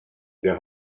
der